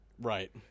Right